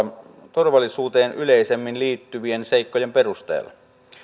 turvallisuuteen yleisemmin liittyvien seikkojen perusteella